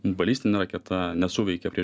balistinė raketa nesuveikė prieš